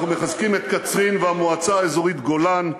אנחנו מחזקים את קצרין והמועצה האזורית גולן,